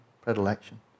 predilection